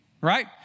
right